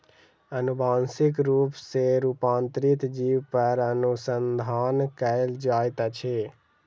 अनुवांशिक रूप सॅ रूपांतरित जीव पर अनुसंधान कयल जाइत अछि